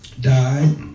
died